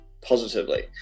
positively